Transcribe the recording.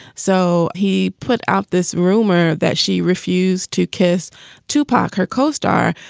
so he put out this rumor that she refused to kiss tupac, her co-star,